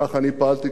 מי יושב באוהלים?